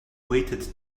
weighted